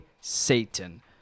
Satan